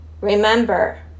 Remember